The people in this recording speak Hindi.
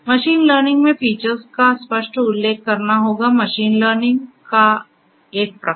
मशीन लर्निंग में फीचर्स का स्पष्ट उल्लेख करना होगा मशीन लर्निंग का एक प्रकार